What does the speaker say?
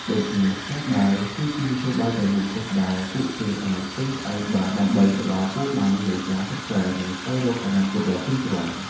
ដូច្នេះ ការដើរគឺជាមធ្យោបាយតែមួយគត់ដែលពួកគេអាចពឹងផ្អែកបានដើម្បីទៅដល់គោលដៅនៃការសិក្សា និងស្វែងរកអនាគតដ៏ភ្លឺស្វាង។